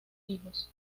hijos